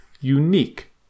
unique